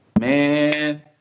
Man